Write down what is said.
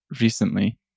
recently